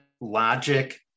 logic